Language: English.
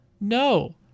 No